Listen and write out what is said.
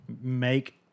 make